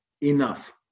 enough